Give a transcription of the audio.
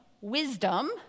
wisdom